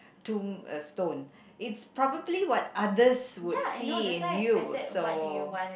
tomb uh stone it's probably what others would see in you so